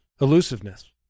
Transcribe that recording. elusiveness